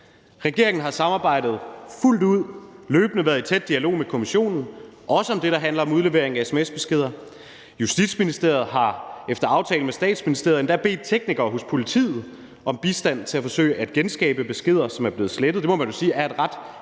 Regeringen har samarbejdet fuldt ud, løbende været i tæt dialog med kommissionen, også om det, der handler om udlevering af sms-beskeder, Justitsministeriet har efter aftale med statsministeriet endda bedt teknikere hos politiet om bistand til at forsøge at genskabe beskeder, som er blevet slettet. Det må man jo sige er et ret